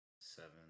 seven